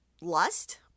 lust